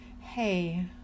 hey